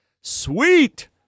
sweet